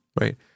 right